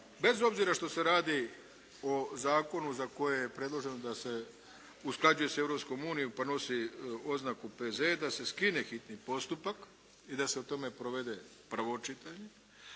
bez obzira što se radi o zakonu za koje je predloženo da se usklađuje sa Europskom unijom pa nosi oznaku P.Z.E. da se skine hitni postupak i da se o tome provede prvo čitanje,